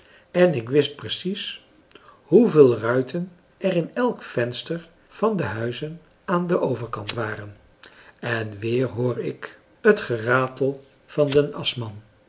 en ik wist precies hoeveel ruiten er in elk venster van de huizen aan den overkant waren en weer hoor ik het geratel van den aschman wiens